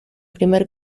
primer